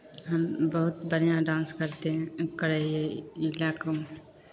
हम बहुत बढ़िआँ डांस करते हैं करै हियै ई लए कऽ हम